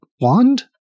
Wand